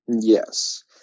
Yes